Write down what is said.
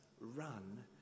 run